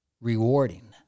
rewarding